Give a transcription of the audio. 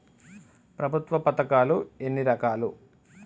ప్రభుత్వ పథకాలు ఎన్ని రకాలు?